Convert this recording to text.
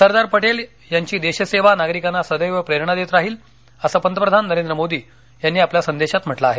सरदार पटेल यांची देशसेवा नागरिकांना सदैव प्रेरणा देत राहील असं पंतप्रधान नरेंद्र मोदी यांनी आपल्या संदेशात म्हटलं आहे